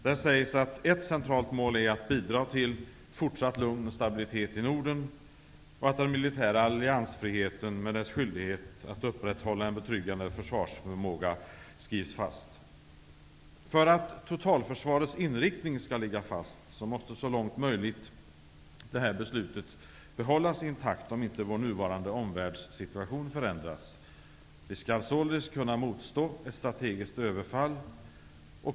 Där sägs att ett centralt mål är att bidra till fortsatt lugn och stabilitet i Norden, och den militära alliansfriheten med dess skyldighet att upprätthålla en betryggande försvarsförmåga skrivs fast. För att totalförsvarets inriktning skall ligga fast måste det här beslutet så långt möjligt behållas intakt, om inte vår nuvarande omvärldssituation förändras. Vi skall således kunna motstå ett strategiskt överfall.